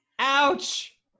Ouch